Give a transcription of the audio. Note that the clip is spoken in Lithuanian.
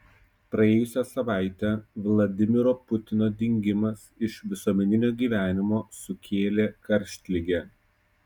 praėjusią savaitę vladimiro putino dingimas iš visuomeninio gyvenimo sukėlė karštligę